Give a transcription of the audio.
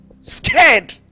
Scared